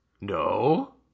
No